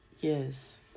yes